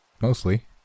Mostly